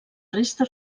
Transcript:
resta